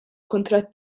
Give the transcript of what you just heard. kuntratt